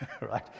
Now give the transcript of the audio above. right